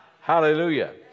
Hallelujah